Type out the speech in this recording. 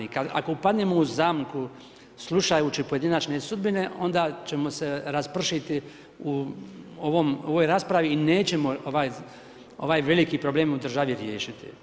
Ako upadnemo u zamku slušajući pojedinačne sudbine, onda ćemo se raspršiti u ovoj raspravi i nećemo ovaj veliki problem u državi riješiti.